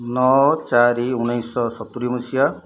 ନଅ ଚାରି ଉଣେଇଶିଶହ ସତୁରୀ ମସିହା